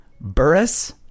Burris